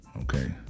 okay